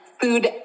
food